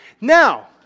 Now